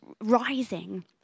rising